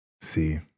See